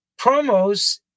promos